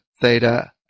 Theta